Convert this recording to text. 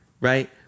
right